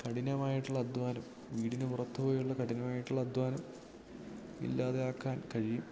കഠിനമായിട്ടുള്ള അദ്ധ്വാനം വീടിനു പുറത്തുപോയുള്ള കഠിനമായിട്ടുള്ള അദ്ധ്വാനം ഇല്ലാതെയാക്കാൻ കഴിയും